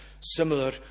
similar